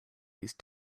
these